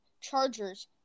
Chargers